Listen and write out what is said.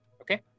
Okay